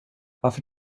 varför